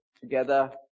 together